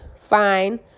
fine